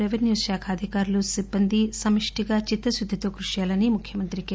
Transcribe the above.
రెవెన్యూశాఖలోని అధికారులు సిబ్బంది సమిష్టిగా చిత్తశుద్దితో కృషి చేయాలని ముఖ్యమంత్రి కె